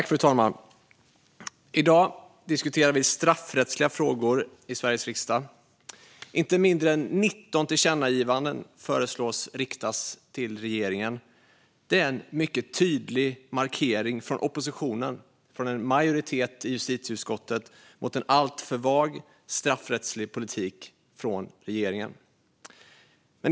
Fru talman! I dag diskuterar vi straffrättsliga frågor i Sveriges riksdag. Inte mindre än 19 tillkännagivanden föreslås riktas till regeringen. Det är en mycket tydlig markering från oppositionen och från en majoritet i justitieutskottet mot regeringens alltför vaga straffrättsliga politik.